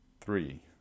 Three